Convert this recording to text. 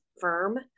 firm